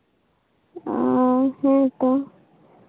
ᱚ ᱦᱮᱸ ᱛᱚ